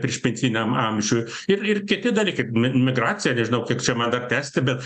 priešpensijiniam amžiuj ir ir kiti dalykai mi migracija nežinau kiek čia dar man tęsti bet